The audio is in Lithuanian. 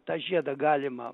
tą žiedą galima